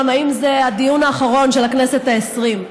אם זה הדיון האחרון של הכנסת העשרים.